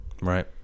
right